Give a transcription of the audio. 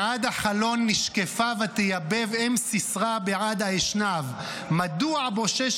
"בעד החלון נשקפה ותיבב אם סיסרא בעד האשנב מדוע בֹּשש